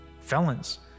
felons